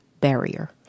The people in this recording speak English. barrier